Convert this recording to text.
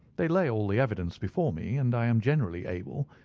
they lay all the evidence before me, and i am generally able,